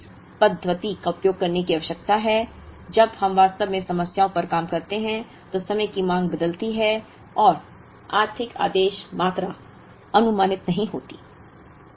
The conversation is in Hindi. इसलिए हमें इस पद्धति का उपयोग करने की आवश्यकता है जब हम वास्तव में समस्याओं पर काम करते हैं तो समय की मांग बदलती है और आर्थिक आदेश मात्रा अनुमानित नहीं होती है